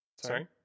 Sorry